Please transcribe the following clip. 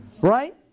Right